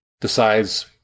decides